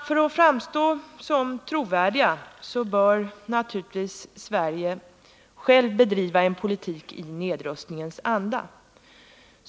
För att framstå som trovärdiga bör vi naturligtvis i Sverige bedriva en politik i nedrustningens anda.